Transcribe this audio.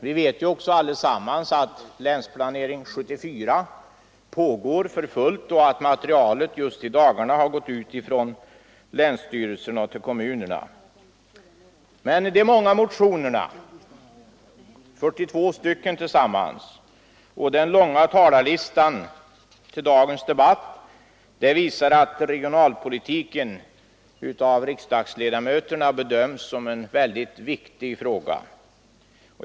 Vi vet också allesammans att Länsplanering 1974 pågår för fullt och att materialet just i dagarna har utsänts från länsstyrelserna till kommunerna. Men de många motionerna, sammanlagt 42 stycken, och den långa talarlistan till dagens debatt visar att regionalpolitiken av riksdagsledamöterna bedöms som en mycket viktig fråga.